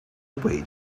way